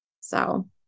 So-